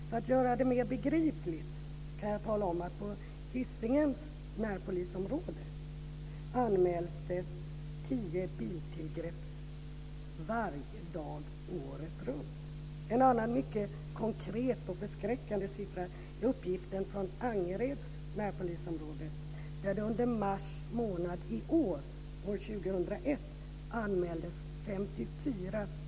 För att göra det mer begripligt kan jag tala om att det i Hisingens närpolisområde anmäls 10 biltillgrepp varje dag året runt. En annan mycket konkret och förskräckande siffra är uppgiften från Angereds närpolisområde, där 54 bilar anmäldes stulna under mars månad år 2001.